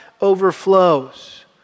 overflows